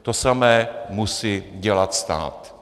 To samé musí dělat stát.